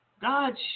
God